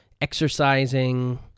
exercising